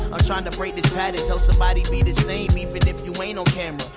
i'm trying to break this pattern. tell somebody, be the same even if you aren't on camera.